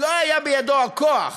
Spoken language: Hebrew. לא היה בידו הכוח